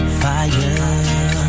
fire